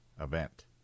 event